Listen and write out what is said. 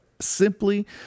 simply